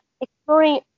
exploring